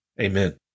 Amen